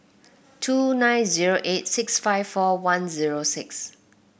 two nine zero eight six five four one zero six